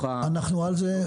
אנחנו על זה.